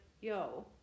yo